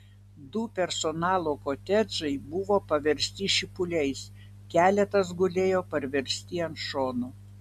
du personalo kotedžai buvo paversti šipuliais keletas gulėjo parversti ant šono